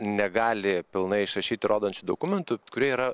negali pilnai išrašyti įrodančių dokumentų kurie yra